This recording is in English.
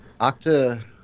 octa